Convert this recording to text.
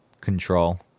control